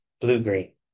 Blue-green